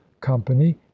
company